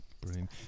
Brilliant